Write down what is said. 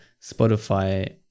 Spotify